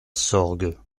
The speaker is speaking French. sorgues